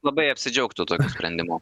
labai apsidžiaugtų tokiu sprendimu